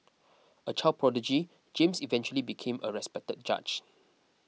a child prodigy James eventually became a respected judge